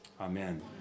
Amen